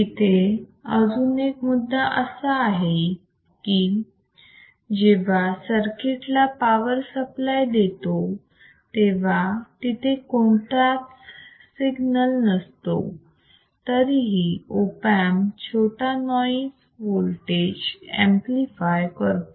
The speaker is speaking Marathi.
इथे अजून एक मुद्दा असा आहे की जेव्हा सर्किट ला पावर सप्लाय देतो तेव्हा तिथे कोणताच सिग्नल नसतो तरीही ऑप अँप छोटा नॉईज वोल्टेज ऍम्प्लिफाय करतो